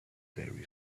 very